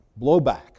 blowback